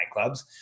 nightclubs